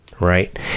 right